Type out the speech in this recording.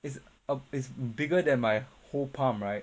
is a is bigger than my whole palm right